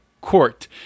court